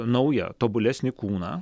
naują tobulesnį kūną